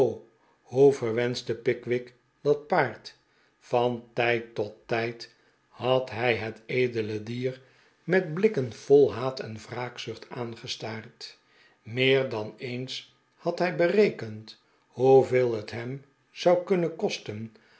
hoe verwenschte pickwick dat paard van tijd tot tijd had hij het edele dier met blikken vol haat en wraakzucht aangestaard meer dan eens had hij berekend hoeveel het hem zou kunnen kosten